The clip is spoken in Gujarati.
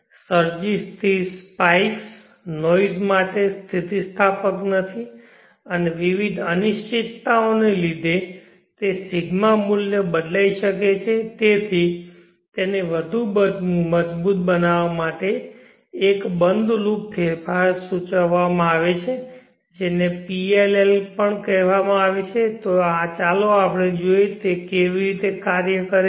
સર્જિસ થી સ્પાઇક્સ નોઇઝ માટે સ્થિતિસ્થાપક નથી અને વિવિધ અનિશ્ચિતતાઓને લીધે તે ρ મૂલ્ય બદલાઈ શકે છે તેથી તેને વધુ મજબૂત બનાવવા માટે એક બંધ લૂપ ફેરફાર સૂચવવામાં આવે છે તેને PLL પણ કહેવામાં આવે છે ચાલો જોઈએ કે તે કેવી રીતે કાર્ય કરે છે